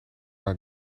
not